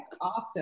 awesome